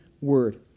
Word